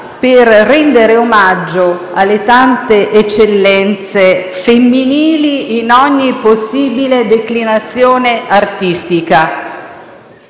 per rendere omaggio alle tante eccellenze femminili, in ogni possibile declinazione artistica.